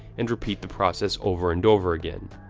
and repeat the process over and over again.